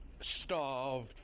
starved